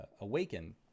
awaken